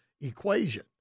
equation